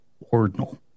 ordinal